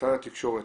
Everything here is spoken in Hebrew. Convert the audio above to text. משרד התקשורת,